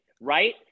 right